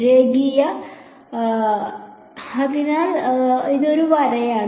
രേഖീയ വലത് അതിനാൽ ഇതൊരു വരയാണ്